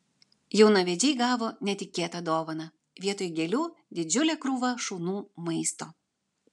jaunavedžiai gavo netikėtą dovaną vietoj gėlių didžiulė krūva šunų maisto